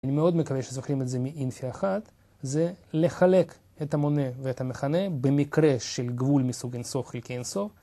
‫אני מאוד מקווה שזוכרים את זה ‫מאינפי אחת, ‫זה לחלק את המונה ואת המכנה ‫במקרה של גבול מסוג אינסוף חלקי אינסוף.